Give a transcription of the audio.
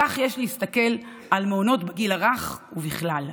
כך יש להסתכל על מעונות לגיל הרך ובכלל,